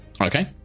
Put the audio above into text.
Okay